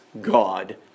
God